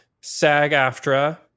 SAG-AFTRA